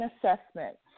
assessment